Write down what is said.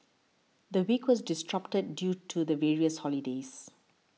the week was disrupted due to the various holidays